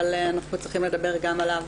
אבל אנחנו צריכים לדבר גם עליו.